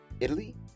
Italy